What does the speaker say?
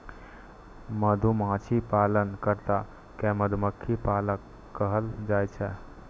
मधुमाछी पालन कर्ता कें मधुमक्खी पालक कहल जाइ छै